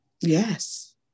Yes